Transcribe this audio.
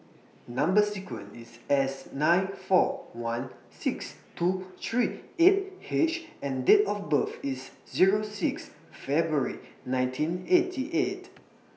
Number sequence IS S nine four one six two three eight H and Date of birth IS Zero six February nineteen eighty eight